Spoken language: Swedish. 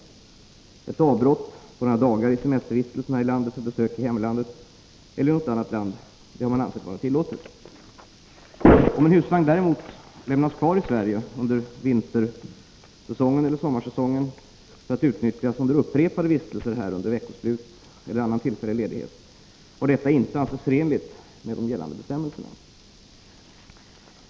Således har ett avbrott på några dagar i semestervistelsen här i landet för besök i hemlandet eller i något land ansetts vara tillåtet. Om en husvagn däremot lämnas kvar i Sverige under vintereller sommarsäsongen för att utnyttjas under upprepade vistelser här under veckoslut eller annan tillfällig ledighet, har detta inte ansetts förenligt med gällande bestämmelser.